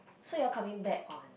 so you all coming back on